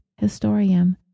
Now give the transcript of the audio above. Historium